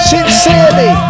Sincerely